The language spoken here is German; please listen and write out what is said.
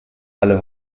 alle